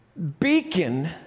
Beacon